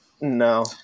No